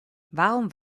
warum